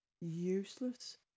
useless